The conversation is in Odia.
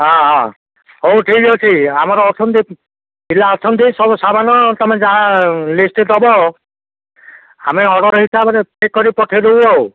ହଁ ହଁ ହଉ ଠିକ୍ ଅଛି ଆମର ଅଛନ୍ତି ପିଲା ଅଛନ୍ତି ସବୁ ସାମାନ ତୁମେ ଯାହା ଲିଷ୍ଟ ଦେବ ଆମେ ଅର୍ଡ଼ର ହିସାବରେ ପ୍ୟାକ୍ କରିି ପଠେଇ ଦେବୁ ଆଉ